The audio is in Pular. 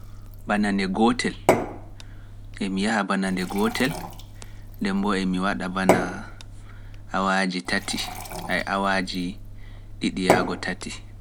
B,ana nde gootel(one), emi yaha ban ande gootel(one), nden bo emi waɗa bana awaaji tati(threehrs), yaago awaaji ɗiɗi yaago tati.